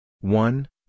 one